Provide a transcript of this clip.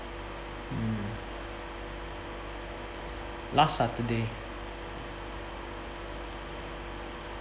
mm last saturday